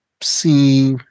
see